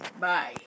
Bye